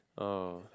uh